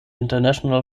international